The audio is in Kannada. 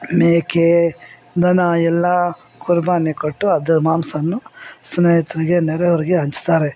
ಮೇಕೆ ದನ ಎಲ್ಲ ಕುರ್ಬಾನೆ ಕೊಟ್ಟು ಅದ್ರ ಮಾಂಸ ಸ್ನೇಹಿತರಿಗೆ ನೆರೆ ಅವ್ರಿಗೆ ಹಂಚ್ತಾರೆ